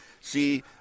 see